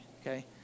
okay